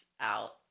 out